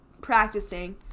practicing